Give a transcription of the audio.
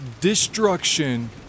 destruction